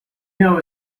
know